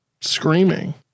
screaming